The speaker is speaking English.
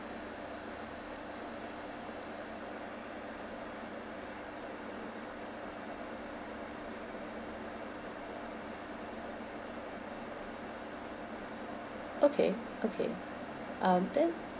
okay okay um then